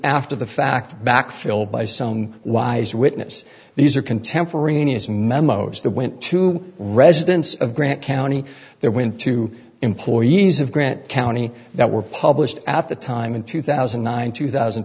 after the fact back fill by some wise witness these are contemporaneous memos that went to residents of grant county there when two employees of grant county that were published at the time in two thousand and nine two thousand and